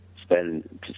spend